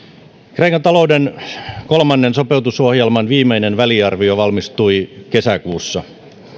kreikan talouden kolmannen sopeutusohjelman viimeinen väliarvio valmistui kesäkuussa